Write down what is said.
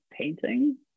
painting